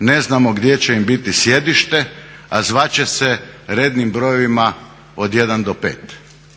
ne znamo gdje će im biti sjedište a zvati će se rednim brojevima od 1 do 5.